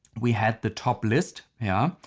we had the top list, yeah?